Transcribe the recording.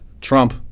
Trump